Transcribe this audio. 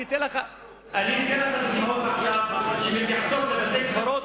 אני אתן לך דוגמאות שמתייחסות לבתי-קברות